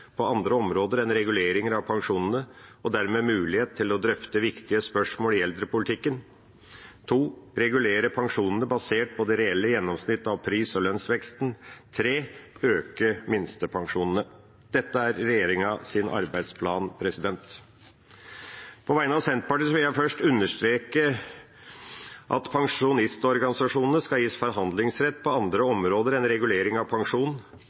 på andre områder enn reguleringen av pensjonene, og dermed mulighet til å drøfte viktige spørsmål i eldrepolitikken. Regulere pensjonene basert på det reelle gjennomsnittet av pris og lønnsvekst. Øke minstepensjonen. Dette er regjeringas arbeidsplan. På vegne av Senterpartiet vil jeg først understreke at pensjonistorganisasjonene skal gis forhandlingsrett på andre områder enn regulering av pensjon.